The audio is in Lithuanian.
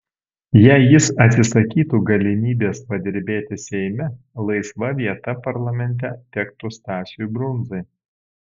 jei jis atsisakytų galimybės padirbėti seime laisva vieta parlamente tektų stasiui brundzai